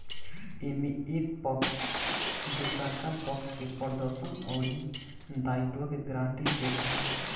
एमे एक पक्ष दुसरका पक्ष के प्रदर्शन अउरी दायित्व के गारंटी देत हवे